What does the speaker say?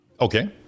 Okay